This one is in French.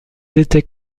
étaient